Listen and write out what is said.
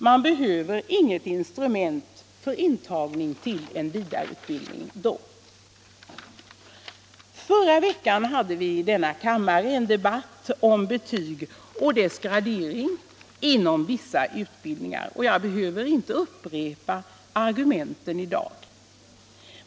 Man behöver då inget instrument för intagning till en vidareutbildning. I förra veckan hade vi i kammaren en debatt om betyg och deras gradering inom vissa utbildningar. Jag behöver inte upprepa argumenten i dag.